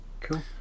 cool